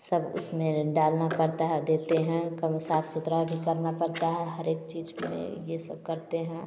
सब उसमें डालना पड़ता है देते हैं कम साफ़ सुथरा भी करना पड़ता है हर एक चीज़ में ये सब करते हैं